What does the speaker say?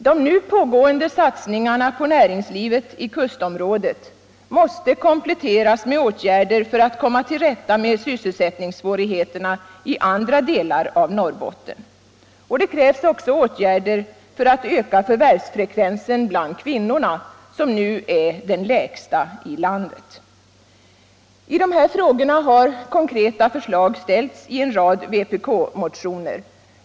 De nu pågående satsningarna på näringslivet i kustområdet måste kompletteras med åtgärder för att komma till rätta med sysselsättningssvårigheterna i andra delar av Norrbotten. Det krävs också åtgärder för att öka förvärvsfrekvensen bland kvinnorna, vilken nu är den lägsta i landet. I dessa frågor har konkreta förslag ställts i en rad vpk-motioner.